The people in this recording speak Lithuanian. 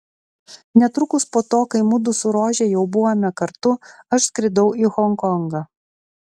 netrukus po to kai mudu su rože jau buvome kartu aš skridau į honkongą